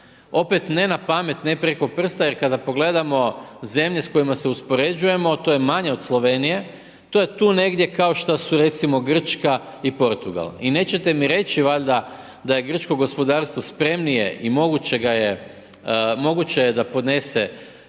Opet ne napamet, ne preko prsta, jer kada pogledamo zemlje s kojima se uspoređujemo to je manje od Slovenije, to je tu negdje kao što su recimo Grčka i Portugal. I nećete mi reći valjda da je grčko gospodarstvo spremnije i moguće ga je, moguće je